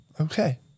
Okay